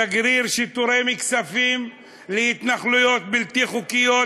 שגריר שתורם כספים להתנחלויות בלתי חוקיות,